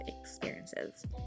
experiences